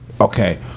Okay